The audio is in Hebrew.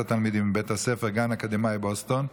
התלמידים מבית הספר Gann Academy בבוסטון.